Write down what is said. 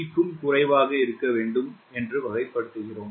3 க்கும் குறைவாக இருக்க வேண்டும் என்று வகைப்படுத்துகிறோம்